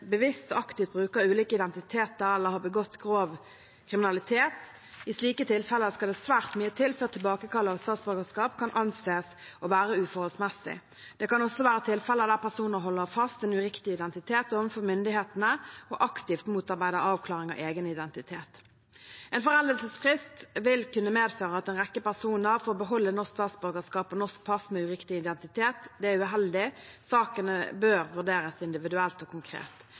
bevisst og aktivt bruker ulike identiteter eller har begått grov kriminalitet. I slike tilfeller skal det svært mye til før tilbakekall av statsborgerskap kan anses å være uforholdsmessig. Det kan også være tilfeller der personer holder fast en uriktig identitet overfor myndighetene, og aktivt motarbeider avklaring av egen identitet. En foreldelsesfrist vil kunne medføre at en rekke personer får beholde norsk statsborgerskap og norsk pass med uriktig identitet. Det er uheldig. Sakene bør vurderes individuelt og konkret.